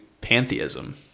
pantheism